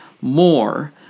more